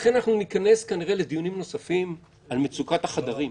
לכן אנחנו ניכנס כנראה לדיונים נוספים על מצוקת החדרים.